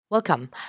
Welcome